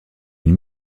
une